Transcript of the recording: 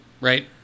right